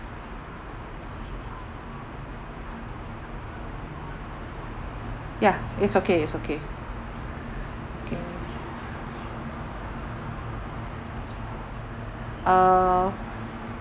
ya is okay is okay mm uh